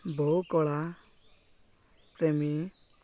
ବହୁ କଳା ପ୍ରେମୀ